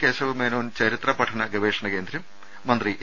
കേശവമേനോൻ ചരിത്ര പഠന ഗവേഷണകേന്ദ്രം മന്ത്രി എ